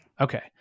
Okay